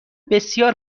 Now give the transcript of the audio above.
بسیار